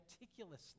meticulously